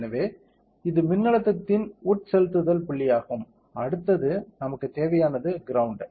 எனவே இது மின்னழுத்தத்தின் உட்செலுத்துதல் புள்ளியாகும் அடுத்தது நமக்குத் தேவையானது கிரௌண்ட்